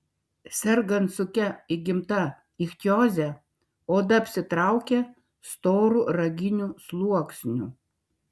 sergant sunkia įgimta ichtioze oda apsitraukia storu raginiu sluoksniu